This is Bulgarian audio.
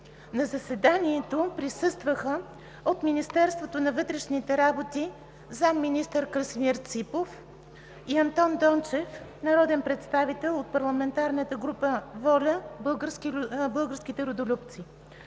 На заседанието присъстваха от Министерството на вътрешните работи – заместник-министър Красимир Ципов, и Андон Дончев – народен представител от парламентарната група „ВОЛЯ – Българските Родолюбци“.